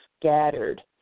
scattered